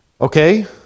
Okay